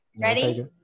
ready